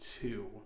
two